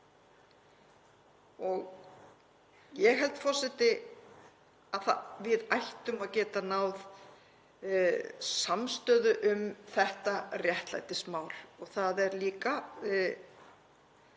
Ég held, forseti, að við ættum að geta náð samstöðu um þetta réttlætismál. Það er líka